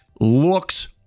looks